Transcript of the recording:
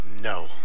No